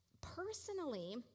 Personally